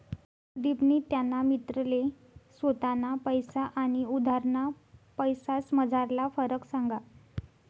कुलदिपनी त्याना मित्रले स्वताना पैसा आनी उधारना पैसासमझारला फरक सांगा